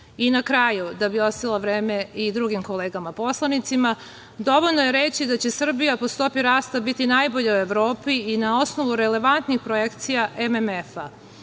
kraju, da bi ostavila vreme i drugim kolegama poslanicima, dovoljno je reći da će Srbija po stopi rasta biti najbolja u Evropi i na osnovu relevantnih projekcija MMF-a.